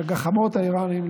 לגחמות האיראניות,